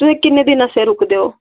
तुसें किन्ने दिन आस्तै रुकदे ओ